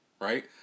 right